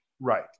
Right